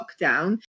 lockdown